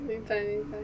明白明白